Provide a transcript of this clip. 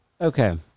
Okay